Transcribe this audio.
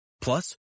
Plus